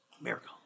miracle